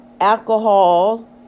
alcohol